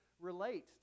relate